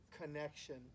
connection